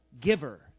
giver